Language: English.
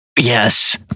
Yes